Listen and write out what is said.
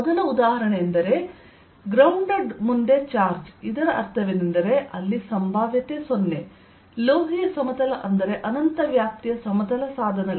ಮೊದಲ ಉದಾಹರಣೆಯೆಂದರೆ ಗ್ರೌಂಡೆಡ್ ಮುಂದೆ ಚಾರ್ಜ್ ಇದರ ಅರ್ಥವೇನೆಂದರೆ ಅಲ್ಲಿ ಸಂಭಾವ್ಯತೆ 0 ಲೋಹೀಯ ಸಮತಲ ಅಂದರೆ ಅನಂತ ವ್ಯಾಪ್ತಿಯ ಸಮತಲ ಸಾಧನಗಳು